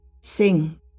sing